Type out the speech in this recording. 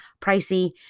pricey